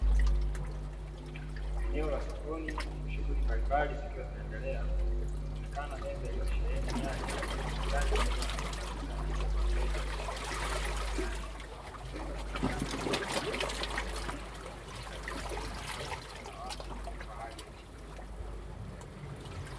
Eneo la sokoni, shughuli mbalimbali zikiwa zinaendelea, inaonekana meza iliyosheheni nyanya, huku muuzaji akiwa anafunga bidhaa hizo kwa wateja mbele ya biashara yake, nyumba zinaonekana kama vibanda, ikionesha kuwa si makazi ya kudumu au eneo la watu wa hali ya chini.